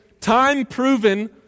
time-proven